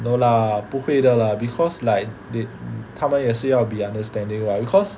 no lah 不会的 lah because like did 他们也是要 be understanding right because